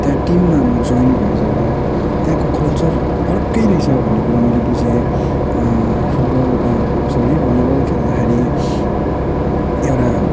त्यहाँ टिममा म जोइन भएँ जब त्यहाँको कल्चर अर्कै रहेछ भन्ने कुरा मैले बुझेँ फुट बल सरी भली बल खेल्दाखेरि एउटा